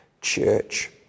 church